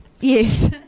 Yes